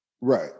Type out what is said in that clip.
Right